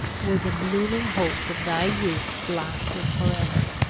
were the blooming hopes of thy youth blasted for ever.